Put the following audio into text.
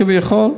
כביכול,